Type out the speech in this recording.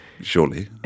Surely